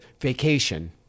vacation